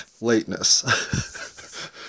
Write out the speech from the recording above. lateness